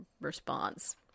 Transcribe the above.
response